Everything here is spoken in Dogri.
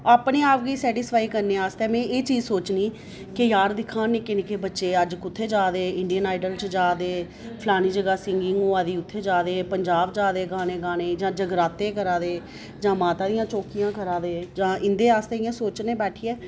अपने आप गी सैटिस्फाई करने आस्तै में एह् चीज सोचनी कि यार दिक्ख हां निक्के निक्के बच्चे अज्ज कुत्थै जा दे इंडियन आइडल च जा दे फलानी जगहा सिंगिंग होआ दी उत्थै जा दे पंजाब जा दे गाने गी जां जगराते करादे जां माता दियां चौकियां करादे जां इंदे आस्तै सोचने बैठियै